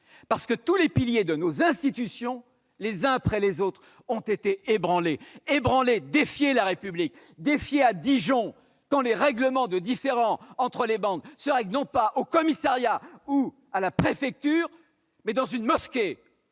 parce que tous les piliers de nos institutions, les uns après les autres, ont été ébranlés. La République est défiée à Dijon quand les différends entre bandes s'y règlent non pas au commissariat ou à la préfecture, mais dans une mosquée